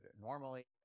normally